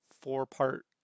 four-part